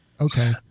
Okay